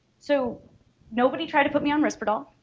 so nobody tried to put me on risperdal